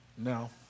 No